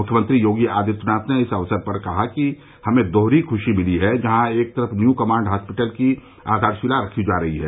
मुख्यमंत्री योगी आदित्यनाथ ने इस अवसर पर कहा कि हमें दोहरी खुशी मिली है जहां एक तरफ न्यू कमांड हास्पिटल की आधारशिला रखी जा रही है